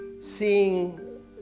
seeing